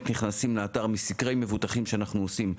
מסקרי מבוטחים שאנחנו עושים,